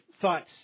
thoughts